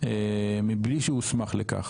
מבלי שהוא הוסמך לכך.